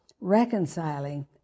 reconciling